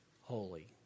holy